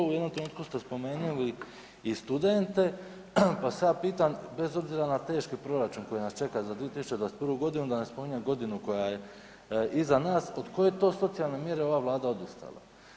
U jednom trenutku ste spomenuli i studente, pa se ja pitam bez obzira na teški proračun koji nas čeka za 2021. godinu, da ne spominjem godinu koja je iza nas od koje je to socijalne mjere ova Vlada odustala.